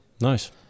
Nice